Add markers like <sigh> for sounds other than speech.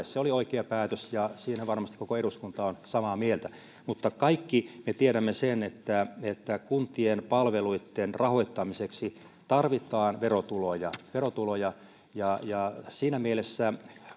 <unintelligible> se oli oikea päätös ja siitä varmasti koko eduskunta on samaa mieltä mutta kaikki me tiedämme sen että että kuntien palveluitten rahoittamiseksi tarvitaan verotuloja ja ja siinä mielessä